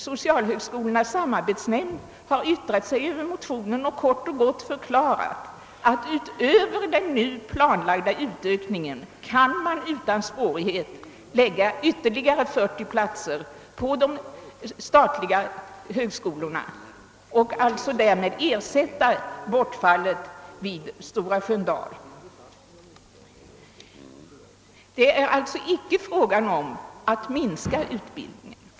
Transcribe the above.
Socialhögskolornas samarbetsnämnd har yttrat sig över motionen och kort och gott förklarat, att man utöver den tidigare planlagda utökningen utan svårighet kan lägga ytterligare 40 platser på de statliga högskolorna och därmed ersätta bortfallet i Stora Sköndal. Det är alltså icke fråga om att minska utbildningen.